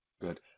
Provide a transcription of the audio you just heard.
Good